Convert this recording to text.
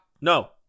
No